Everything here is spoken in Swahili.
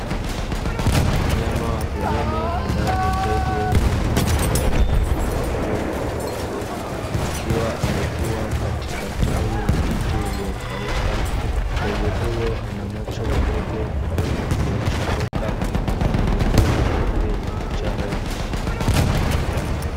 Mnyama wa porini ambaye ni ndege wenye manyoya ya rangi nyeupe na nyeusi akiwa ametua katika tawi la mti, uliokauka ndege huyo ana macho wadogo mdomo uliochogoka na miguu mifupi yenye kucha ndefu.